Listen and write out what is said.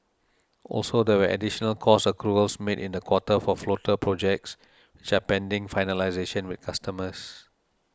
also there were additional cost accruals made in the quarter for floater projects which are pending finalisation with customers